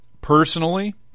Personally